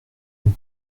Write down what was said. donc